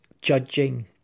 judging